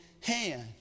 hand